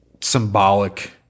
symbolic